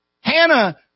Hannah